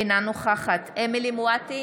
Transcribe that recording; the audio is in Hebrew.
אינה נוכחת אמילי חיה מואטי,